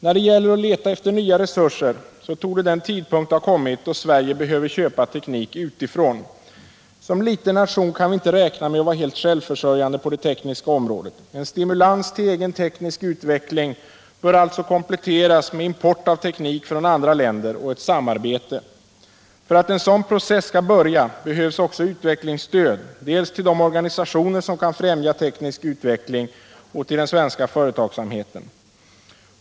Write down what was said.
När det gäller att leta efter nya resurser torde den tidpunkt ha kommit då Sverige behöver köpa teknik utifrån. Som liten nation kan vi inte räkna med att vara helt självförsörjande på det tekniska området. En stimulans till egen teknisk utveckling bör alltså kompletteras med import av teknik från andra länder och ett samarbete. För att en sådan process skall börja behövs också utvecklingsstöd dels till de organisationer som kan främja teknisk utveckling, dels till den svenska företagsamheten.